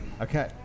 Okay